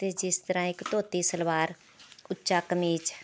ਅਤੇ ਜਿਸ ਤਰ੍ਹਾਂ ਇੱਕ ਧੋਤੀ ਸਲਵਾਰ ਉੱਚਾ ਕਮੀਜ਼